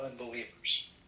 unbelievers